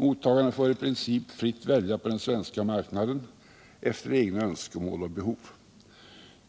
Mottagaren får i princip välja fritt på den svenska marknaden efter egna önskemål och behov.